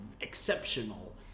Exceptional